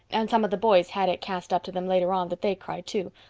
and some of the boys had it cast up to them later on that they cried too,